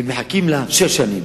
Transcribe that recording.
והם מחכים לשש שנים,